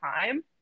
time